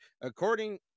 According